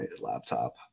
laptop